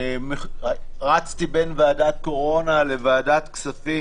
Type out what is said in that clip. רצתי בין ועדת הקורונה לוועדת הכספים.